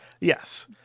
yes